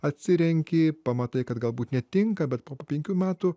atsirenki pamatai kad galbūt netinka bet po po penkiu metų